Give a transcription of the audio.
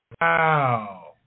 Wow